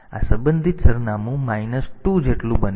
તેથી આ સંબંધિત સરનામું માઈનસ 2 જેટલું બને છે